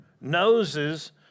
Noses